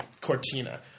Cortina